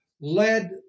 led